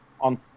on